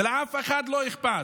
ולאף אחד לא אכפת.